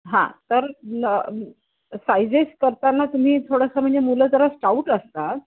हा तर साइजेस करताना तुम्ही थोडंसं म्हणजे मुलं जरा स्टाउट असतात